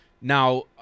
Now